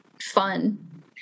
fun